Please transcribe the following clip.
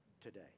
today